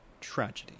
tragedy